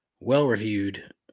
well-reviewed